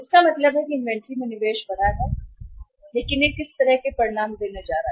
इसका मतलब है कि इन्वेंट्री में निवेश बढ़ा है और किस तरह के परिणाम देने जा रहा है